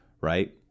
right